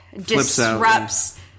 disrupts